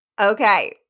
Okay